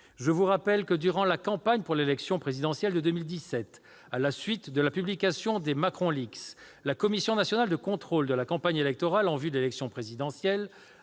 Je vous rappelle que, durant la campagne pour l'élection présidentielle de 2017, à la suite de la publication des « Macron Leaks », la Commission nationale de contrôle de la campagne électorale en vue de l'élection présidentielle